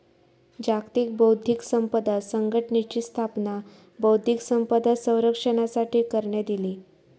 जागतिक बौध्दिक संपदा संघटनेची स्थापना बौध्दिक संपदा संरक्षणासाठी करण्यात इली